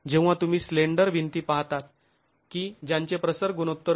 जेव्हा तुम्ही स्लेंडर भिंती पाहतात की ज्यांचे प्रसर गुणोत्तर १